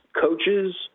coaches